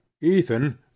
ethan